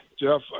Jeff